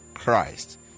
Christ